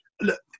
Look